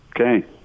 Okay